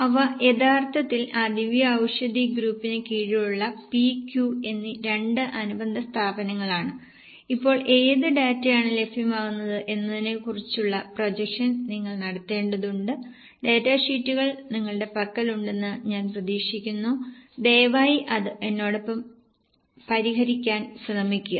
അവ യഥാർത്ഥത്തിൽ ആ ദിവ്യ ഔഷധി ഗ്രൂപ്പിന് കീഴിലുള്ള P Q എന്നീ രണ്ട് അനുബന്ധ സ്ഥാപനങ്ങളാണ് ഇപ്പോൾ ഏത് ഡാറ്റയാണ് ലഭ്യമാകുന്നത് എന്നതിനെക്കുറിച്ചുള്ള പ്രൊജക്ഷൻ നിങ്ങൾ നടത്തേണ്ടതുണ്ട് ഡാറ്റ ഷീറ്റുകൾ നിങ്ങളുടെ പക്കലുണ്ടെന്ന് ഞാൻ പ്രതീക്ഷിക്കുന്നു ദയവായി അത് എന്നോടൊപ്പം പരിഹരിക്കാൻ ശ്രമിക്കുക